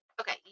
Okay